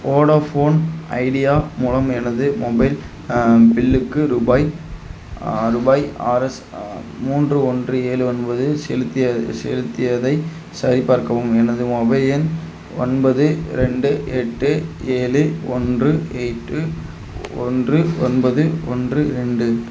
Vodafone Idea மூலம் எனது mobile பில்லுக்கு ரூபாய் ரூபாய் ஆர் எஸ் மூன்று ஒன்று ஏழு ஒன்பது செலுத்தியது செலுத்தியதை சரிபார்க்கவும் எனது மொபைல் எண் ஒன்பது இரண்டு எட்டு ஏழு ஒன்று எயிட்டு ஒன்று ஒன்பது ஒன்று ரெண்டு